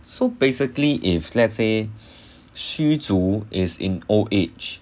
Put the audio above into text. so basically if let's say 虚竹 is in old age